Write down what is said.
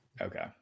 Okay